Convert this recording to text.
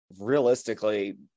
Realistically